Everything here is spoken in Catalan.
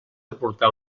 aportar